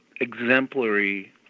exemplary